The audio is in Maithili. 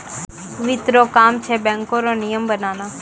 वित्त रो काम छै बैको रो नियम बनाना